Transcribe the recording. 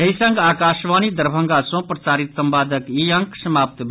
एहि संग आकाशवाणी दरभंगा सँ प्रसारित संवादक ई अंक समाप्त भेल